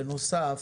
בנוסף,